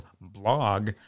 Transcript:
BLOG